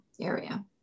area